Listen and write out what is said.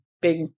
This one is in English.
big